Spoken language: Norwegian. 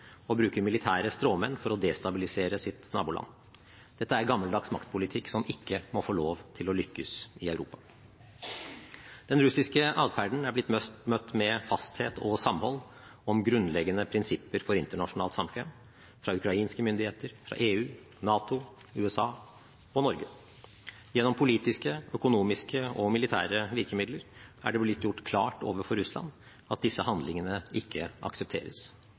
militære stråmenn for å destabilisere sitt naboland. Dette er gammeldags maktpolitikk, som ikke må få lov til å lykkes i Europa. Den russiske adferden er blitt møtt med fasthet og samhold om grunnleggende prinsipper for internasjonalt samkvem – fra ukrainske myndigheter, EU, NATO, USA og Norge. Gjennom politiske, økonomiske og militære virkemidler er det blitt gjort klart overfor Russland at disse handlingene ikke aksepteres.